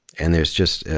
and there's just,